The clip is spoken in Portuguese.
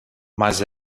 mas